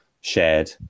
shared